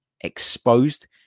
exposed